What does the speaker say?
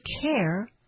care